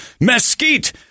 mesquite